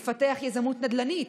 לפתח יזמות נדל"נית,